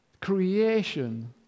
creation